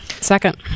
Second